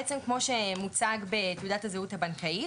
בעצם כמו שמוצג בתעודת הזהות הבנקאית.